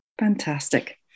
Fantastic